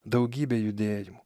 daugybė judėjimų